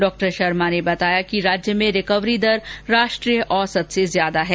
डॉ शर्मा ने बताया कि राज्य में रिकवरी दर राष्ट्रीय औसत से ज्यादा है